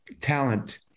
talent